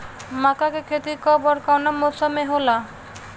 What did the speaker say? मका के खेती कब ओर कवना मौसम में होला?